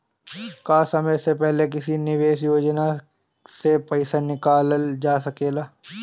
का समय से पहले किसी निवेश योजना से र्पइसा निकालल जा सकेला?